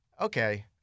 okay